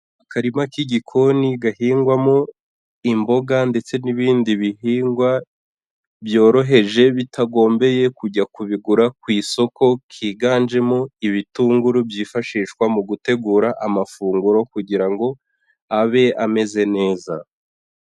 Akarima k'igikoni gahingwamo imboga ndetse n'ibindi bihingwa byoroheje bitagombeye kujya kubigura ku isoko, kiganjemo ibitunguru byifashishwa mu gutegura amafunguro kugira ngo abe ameze neza.